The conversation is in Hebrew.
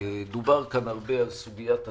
דובר כאן הרבה על סוגיית הציוד,